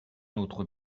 notre